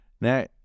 Now